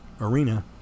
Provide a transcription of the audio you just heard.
arena